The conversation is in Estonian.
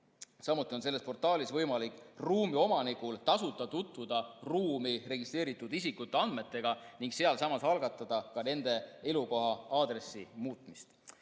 Samuti on selles portaalis võimalik ruumi omanikul tasuta tutvuda ruumi registreeritud isikute andmetega ning sealsamas algatada ka nende elukoha aadressi muutmist.